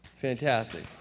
Fantastic